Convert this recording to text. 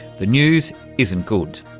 the news isn't good.